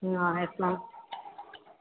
ம் ஆ yes ma'am